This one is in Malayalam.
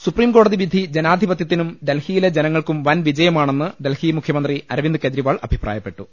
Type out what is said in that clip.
സുപ്രീംകോടതി വിധി ജനാധിപത്യത്തിനും ഡൽഹിയിലെ ജന ങ്ങൾക്കും വൻ വിജയമാണെന്ന് ഡൽഹി മുഖ്യമന്ത്രി അരവിന്ദ് കേജ്രിവാൾ അഭിപ്രായപ്പെട്ടു